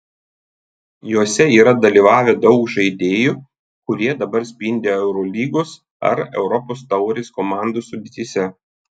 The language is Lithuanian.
juose yra dalyvavę daug žaidėjų kurie dabar spindi eurolygos ar europos taurės komandų sudėtyse